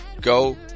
go